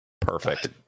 Perfect